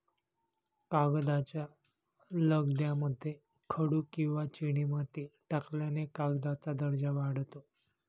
कागदाच्या लगद्यामध्ये खडू किंवा चिनीमाती टाकल्याने कागदाचा दर्जा वाढतो